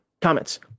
Comments